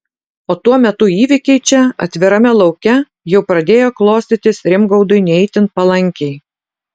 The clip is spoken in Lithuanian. o tuo metu įvykiai čia atvirame lauke jau pradėjo klostytis rimgaudui ne itin palankiai